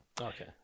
Okay